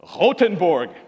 Rothenburg